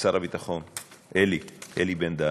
שר הביטחון אלי, אלי בן-דהן,